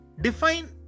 Define